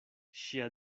ŝia